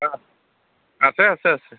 অঁ আছে আছে আছে